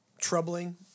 troubling